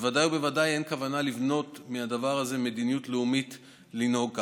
בוודאי ובוודאי אין כוונה לבנות מהדבר הזה מדיניות לאומית שיש לנהוג כך.